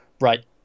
right